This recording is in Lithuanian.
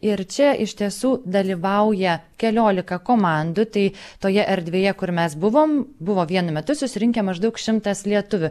ir čia iš tiesų dalyvauja keliolika komandų tai toje erdvėje kur mes buvom buvo vienu metu susirinkę maždaug šimtas lietuvių